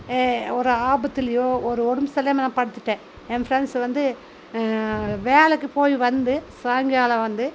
ஒரு ஆபத்துலையோ ஒரு உடம்பு சரியில்லாமல் நான் படுத்துவிட்டேன் என் ஃபிரெண்ட்ஸ் வந்து வேலைக்கு போய் வந்து சாய்ங்காலம் வந்து